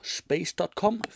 space.com